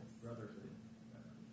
brotherhood